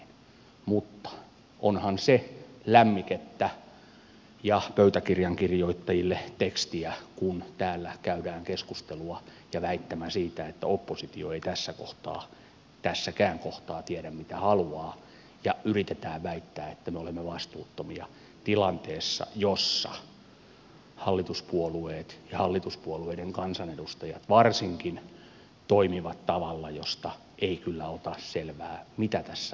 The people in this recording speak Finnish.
mutta onhan se lämmikettä ja pöytäkirjan kirjoittajille tekstiä kun täällä käydään keskustelua ja esitetään väittämä siitä että oppositio ei tässäkään kohtaa tiedä mitä haluaa ja yritetään väittää että me olemme vastuuttomia tilanteessa jossa hallituspuolueet ja hallituspuolueiden kansanedustajat varsinkin toimivat tavalla josta ei kyllä ota selvää mitä tässä oikein tapahtuu